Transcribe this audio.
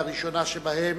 והראשונה שבהן